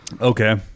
Okay